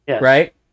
right